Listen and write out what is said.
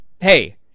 hey